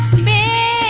may